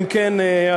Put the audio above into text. אם כן,